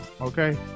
Okay